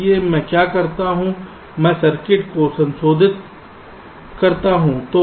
इसलिए मैं क्या करता हूं मैं सर्किट को संशोधित करता हूं